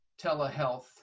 telehealth